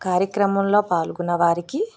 కార్యక్రమంలో పాల్గొన్న వారికి